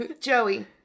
Joey